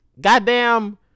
Goddamn